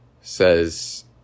says